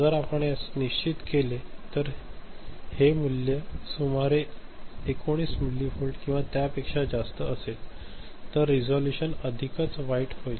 जर आपण यास निश्चित केले तर हे मूल्य हे सुमारे 19 मिलिव्होल्ट किंवा त्यापेक्षा जास्त असेल तर रिझोल्यूशन अधिकच वाईट होईल